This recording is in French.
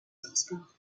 transport